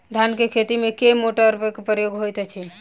धान केँ खेती मे केँ मोटरक प्रयोग होइत अछि?